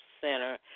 Center